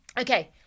Okay